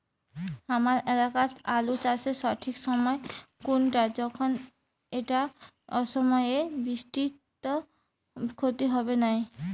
হামার এলাকাত আলু চাষের সঠিক সময় কুনটা যখন এইটা অসময়ের বৃষ্টিত ক্ষতি হবে নাই?